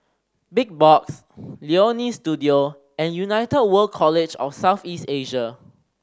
Big Box Leonie Studio and United World College of South East Asia